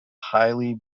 highly